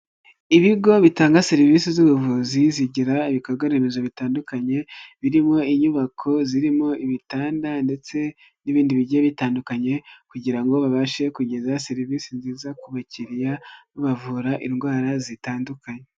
Ibigo bitanga serivisi z'ubuvuzi zigirira ibikorwaremezo bitandukanye birimo inyubako zirimo ibitanda ndetse n'ibindi bigiye bitandukanye kugira ngo babashe kugeza serivisi nziza ku bakiriya bavura indwara zitandukanye.